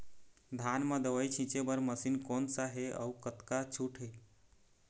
धान म दवई छींचे बर मशीन कोन सा हे अउ कतका छूट हे?